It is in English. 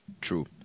True